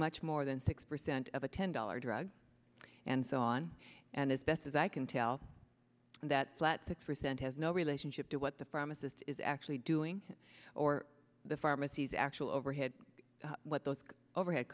much more than six percent of a ten dollar drug and so on and as best as i can tell that flat six percent has no relationship to what the pharmacist is actually doing or the pharmacies actual overhead what those overhead